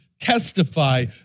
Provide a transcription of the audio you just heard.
testify